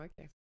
okay